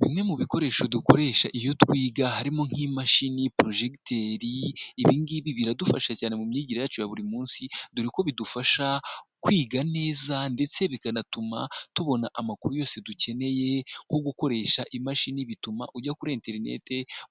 Bimwe mu bikoresho dukoresha iyo twiga harimo nk'imashini, projecteur. Ibi ngibi biradufasha cyane mu myigire yacu ya buri munsi. Dore ko bidufasha kwiga neza ndetse bikanatuma tubona amakuru yose dukeneye nko gukoresha imashini bituma ujya kuri internet